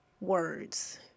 words